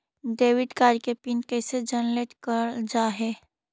Debit card के PIN कैसे generate करल जाहै?